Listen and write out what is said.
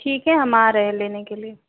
ठीक है हम आ रहे हैं लेने के लिए